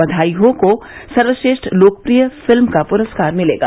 बधाई हो को सर्वश्रेष्ठ लोकप्रिय फिल्म का पुरस्कार मिलेगा